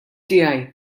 tiegħi